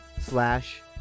slash